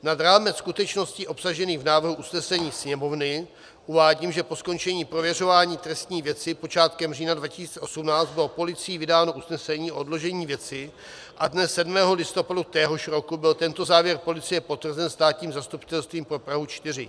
Nad rámec skutečností obsažených v návrhu usnesení Sněmovny uvádím, že po skončení prověřování trestní věci počátkem října 2018 bylo policií vydáno usnesení o odložení věci a dne 7. listopadu téhož roku byl tento závěr policie potvrzen státním zastupitelstvím pro Prahu 4.